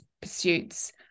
pursuits